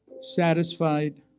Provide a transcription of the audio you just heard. satisfied